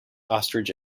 ostrich